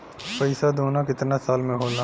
पैसा दूना कितना साल मे होला?